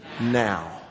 now